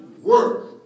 work